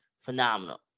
phenomenal